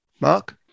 Mark